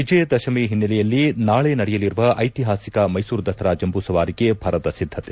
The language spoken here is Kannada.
ವಿಜಯದಶಮಿ ಹಿನ್ನೆಲೆಯಲ್ಲಿ ನಾಳೆ ನಡೆಯಲಿರುವ ಐತಿಹಾಸಿಕ ಮ್ನೆಸೂರು ದಸರಾ ಜಂಬೂ ಸವಾರಿಗೆ ಭರದ ಸಿದ್ದತೆ